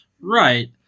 Right